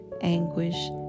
anguish